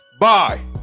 Bye